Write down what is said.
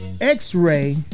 X-Ray